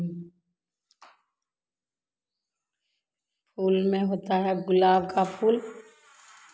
फूल में होता है गुलाब का फूल